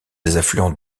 affluent